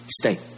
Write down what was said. stay